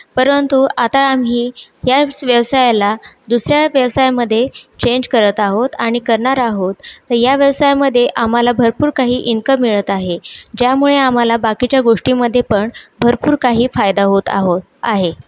परंतु आता आम्ही याच व्यवसायाला दुसऱ्या व्यवसायामध्ये चेंज करत आहोत आणि करणार आहोत तर या व्यवसायामध्ये आम्हाला भरपूर काही इन्कम मिळत आहे ज्यामुळे आम्हाला बाकीच्या गोष्टींमध्ये पण भरपूर काही फायदा होत आहो आहे